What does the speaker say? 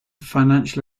financial